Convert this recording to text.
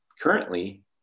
currently